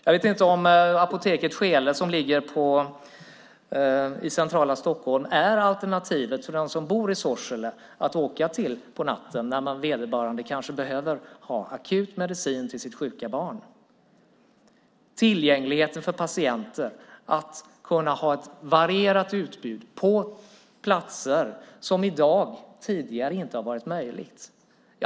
Jag vet inte om Apoteket C W Scheele som ligger i centrala Stockholm är alternativet för dem som bor i Sorsele att åka till på natten när vederbörande akut behöver medicin till sitt sjuka barn. Det handlar om tillgänglighet för patienter och att kunna ha ett varierat utbud på platser där det tidigare inte har varit möjligt.